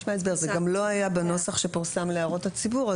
זה גם לא היה בנוסח שפורסם להערות הציבור.